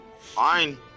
Fine